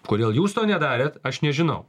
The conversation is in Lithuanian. kodėl jūs to nedarėt aš nežinau